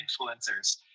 influencers